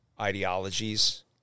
ideologies